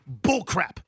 bullcrap